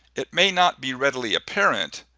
it may not be readily apparent,